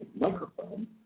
microphone